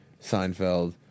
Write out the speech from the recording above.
Seinfeld